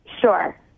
Sure